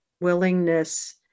willingness